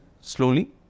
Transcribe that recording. slowly